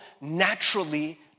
naturally